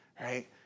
right